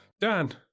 Dan